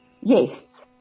Yes